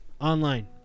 online